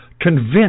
convinced